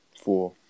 Four